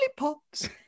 lollipops